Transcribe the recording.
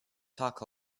talk